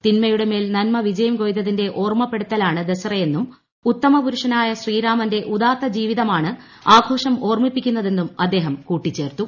തിന്മയുടെ മേൽ നന്മ വിജയം കൊയ്തതിന്റെ ഓർമപ്പെടുത്തലാണ് ദസറയെന്നും ഉത്തമപുരുഷനായ ശ്രീരാമന്റെ ഉദാത്ത ജീവിതമാണ് ആഘോഷം ഓർമിപ്പിക്കുന്നതെന്നും അദ്ദേഹം കൂട്ടിച്ചേർത്തു